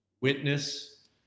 witness